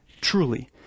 truly